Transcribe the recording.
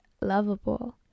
lovable